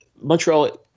Montreal